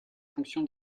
fonction